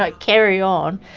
like carry on.